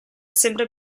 sempre